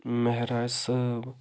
مہراج صٲب